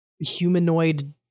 humanoid